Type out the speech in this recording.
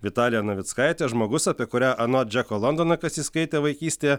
vitalija navickaitė žmogus apie kurią anot džeko londono kas jį skaitė vaikystėje